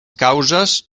causes